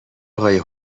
آقای